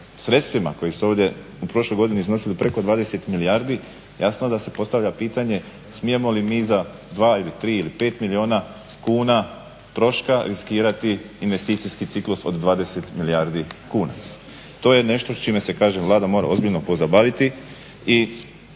sredstvima koja su ovdje u prošloj godini iznosili preko 20 milijardi jasno da se postavlja pitanje smijemo li mi za 2 ili 3 ili 5 milijuna kuna troška riskirati investicijski ciklus od 20 milijardi kuna. To je nešto s čime se kažem Vlada mora ozbiljno pozabaviti i